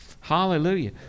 hallelujah